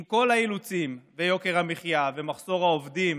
עם כל האילוצים ויוקר המחיה והמחסור בעובדים,